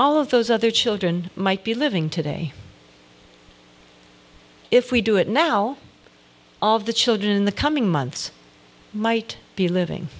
all of those other children might be living today if we do it now all of the children in the coming months might be living